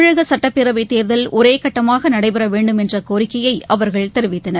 தமிழக சட்டப்பேரவை தேர்தல் ஒரே கட்டமாக நடைபெற வேண்டும் என்ற கோரிக்கையை அவர்கள் கெரிவித்தனர்